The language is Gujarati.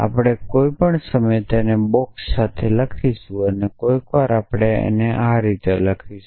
આપણે કોઈક સમયે તેને બોક્સ સાથે લખીશું અને કોઈક વાર આપણે આ રીતે લખીશું